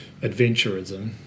adventurism